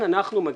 וכאן אנחנו מגיעים